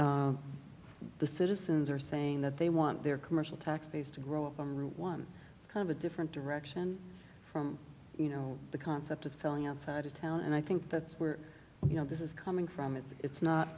the citizens are saying that they want their commercial tax base to grow from route one it's kind of a different direction from you know the concept of selling outside of town and i think that's where you know this is coming from it's